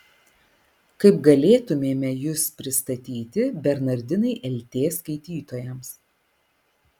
kaip galėtumėme jus pristatyti bernardinai lt skaitytojams